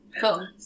cool